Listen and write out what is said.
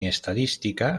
estadística